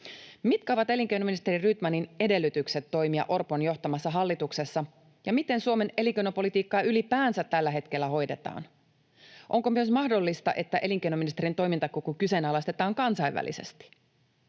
Mitkä ovat elinkeinoministeri Rydmanin edellytykset toimia Orpon johtamassa hallituksessa, ja miten Suomen elinkeinopolitiikkaa ylipäänsä tällä hetkellä hoidetaan? Onko myös mahdollista, että elinkeinoministerin toimintakyky kyseenalaistetaan kansainvälisesti?